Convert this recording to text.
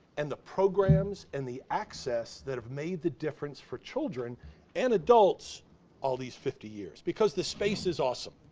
and the programs, and the access that have made the difference for children and adults all these fifty years because the space is awesome,